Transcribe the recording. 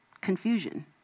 confusion